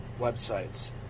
websites